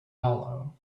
hollow